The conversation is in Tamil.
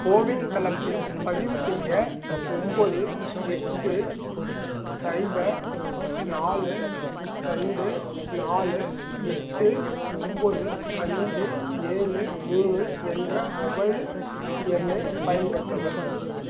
கோவின் தளத்தில் பதிவு செய்ய ஒம்பது எட்டு ஸைபர் நாலு ரெண்டு நாலு எட்டு ஒம்பது அஞ்சு ஏழு மூணு என்ற மொபைல் எண்ணைப் பயன்படுத்தவும்